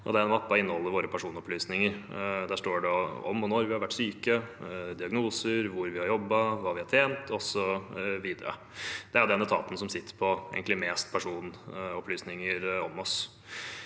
og den mappen inneholder våre personopplysninger. Der står det om og når vi har vært syke, diagnoser, hvor vi har jobbet, hva vi har tjent, osv. Det er egentlig den etaten som sitter på mest personopplysninger om oss.